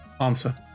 Answer